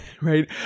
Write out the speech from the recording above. right